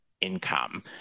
income